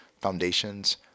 foundations